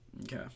Okay